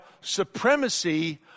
supremacy